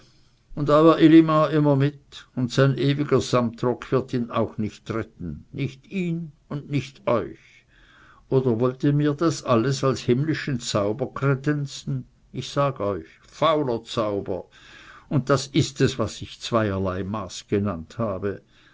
und euer elimar immer mit und sein ewiger samtrock wird ihn auch nicht retten nicht ihn und nicht euch oder wollt ihr mir das alles als himmlischen zauber kredenzen ich sag euch fauler zauber und das ist es was ich zweierlei maß genannt habe